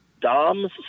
Dom's